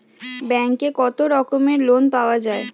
ব্যাঙ্কে কত রকমের লোন পাওয়া য়ায়?